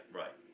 right